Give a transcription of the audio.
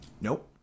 Nope